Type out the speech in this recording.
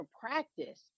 practice